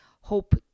hope